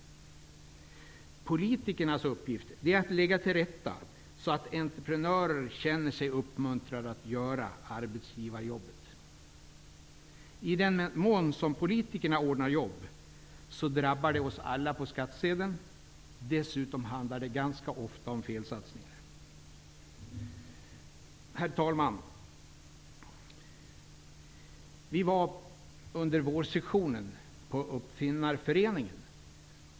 Politikernas uppgift är att lägga till rätta, så att entreprenörer känner sig uppmuntrade att göra arbetsgivarjobbet. I den mån politikerna ordnar jobb, drabbar det oss alla via skattsedeln. Dessutom handlar det ganska ofta om felsatsningar. Herr talman! Under vårsessionen besökte vi Uppfinnarföreningen.